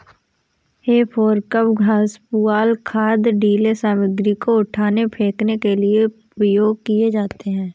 हे फोर्कव घास, पुआल, खाद, ढ़ीले सामग्री को उठाने, फेंकने के लिए उपयोग किए जाते हैं